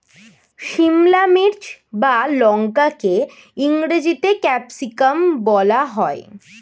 সিমলা মির্চ বা লঙ্কাকে ইংরেজিতে ক্যাপসিকাম বলা হয়